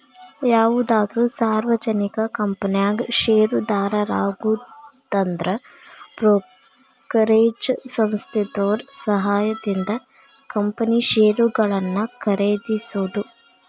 ಯಾವುದಾದ್ರು ಸಾರ್ವಜನಿಕ ಕಂಪನ್ಯಾಗ ಷೇರುದಾರರಾಗುದಂದ್ರ ಬ್ರೋಕರೇಜ್ ಸಂಸ್ಥೆದೋರ್ ಸಹಾಯದಿಂದ ಕಂಪನಿ ಷೇರುಗಳನ್ನ ಖರೇದಿಸೋದು